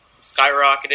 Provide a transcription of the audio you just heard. skyrocketed